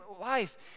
life